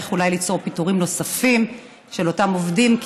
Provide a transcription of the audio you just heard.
אולי ליצור פיטורים נוספים של אותם עובדים,